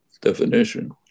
definition